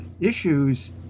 issues